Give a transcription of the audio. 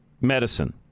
medicine